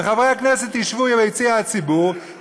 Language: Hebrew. וחברי הכנסת ישבו ביציע הציבור,